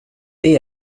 det